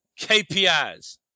kpis